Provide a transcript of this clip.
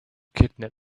kidnap